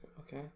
Okay